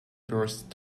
burst